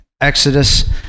Exodus